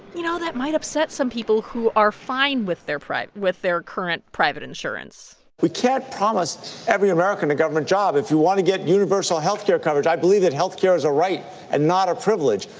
you know, that might upset some people who are fine with their with their current private insurance we can't promise every american a government job. if you want to get universal health care coverage i believe that health care is a right and not a privilege.